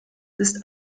ist